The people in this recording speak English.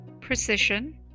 precision